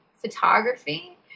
photography